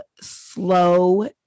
slow